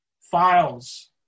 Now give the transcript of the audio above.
files